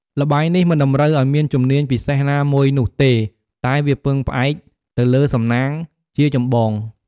ល្បែងនេះមិនតម្រូវឱ្យមានជំនាញពិសេសណាមួយនោះទេតែវាពឹងផ្អែកទៅលើសំណាងជាចម្បង។